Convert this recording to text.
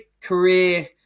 career